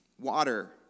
water